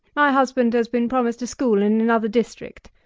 my husband has been promised a school in another district,